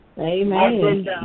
Amen